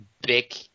big